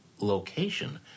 location